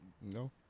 No